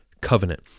covenant